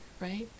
right